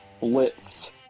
blitz